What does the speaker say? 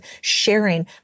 sharing